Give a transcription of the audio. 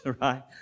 right